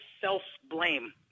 self-blame